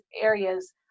areas